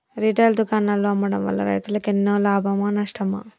Retail దుకాణాల్లో అమ్మడం వల్ల రైతులకు ఎన్నో లాభమా నష్టమా?